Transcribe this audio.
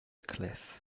cliff